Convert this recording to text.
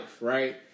Right